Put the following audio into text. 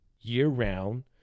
year-round